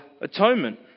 atonement